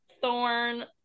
thorn